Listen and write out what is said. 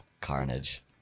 carnage